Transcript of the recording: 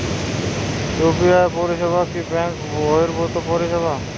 UPI পরিসেবা কি bank বর্হিভুত পরিসেবা?